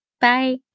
bye